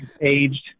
aged